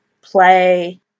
play